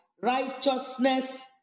Righteousness